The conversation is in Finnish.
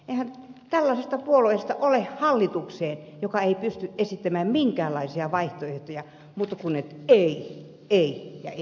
eihän tällaisesta puolueesta joka ei pysty esittämään minkäänlaisia vaihtoehtoja muuta kuin ei ei ja ei ole hallitukseen